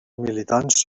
militants